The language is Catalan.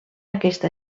aquesta